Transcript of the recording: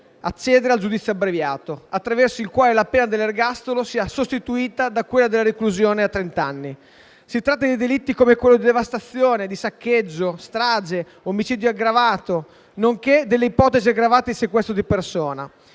accedere al giudizio abbreviato, attraverso il quale la pena dell'ergastolo è sostituita da quella della reclusione per trent'anni. Si tratta di delitti come quelli di devastazione, saccheggio, strage e omicidio aggravato, nonché delle ipotesi aggravate di sequestro di persona.